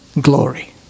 glory